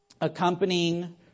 accompanying